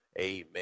Amen